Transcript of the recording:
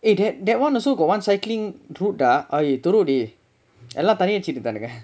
eh that [one] also got one cycling route dah teruk dey எல்லா தண்ணி அடிச்சுட்டு இருந்தானுங்க:ellaa tanni adichuttu irunthaanungga